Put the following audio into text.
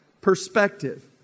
perspective